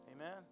Amen